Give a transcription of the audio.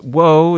Whoa